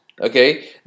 okay